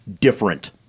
different